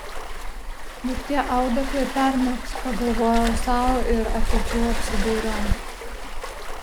juk tie audeklai permirks pagalvojau sau ir atidžiau apsidairiau